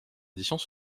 éditions